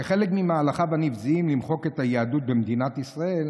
כחלק ממהלכיו הנבזיים למחוק את היהדות במדינת ישראל,